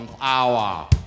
hour